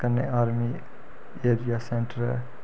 कन्नै army area centre ऐ